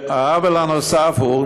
העוול הנוסף הוא